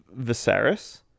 Viserys